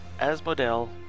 Asmodel